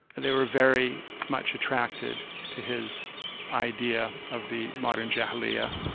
they were very much attracted to his idea of the modern jahillyyah,